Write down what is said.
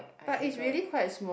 but is really quite small eh